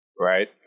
right